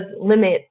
limit